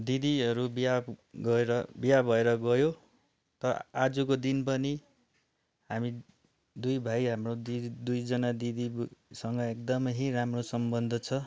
दिदीहरू बिहा गरेर बिहा भएर गयो त आजको दिन पनि हामी दुई भाइ हाम्रो द दुई जना दिदीसँग एकदमै राम्रो सम्बन्ध छ